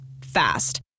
Fast